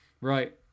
Right